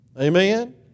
Amen